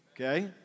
okay